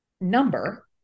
number